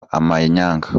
amanyanga